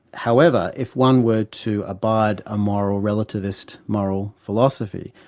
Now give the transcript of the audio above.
however, if one were to abide a moral relativist, moral philosophy,